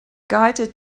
guided